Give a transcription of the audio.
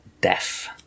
deaf